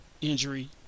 injury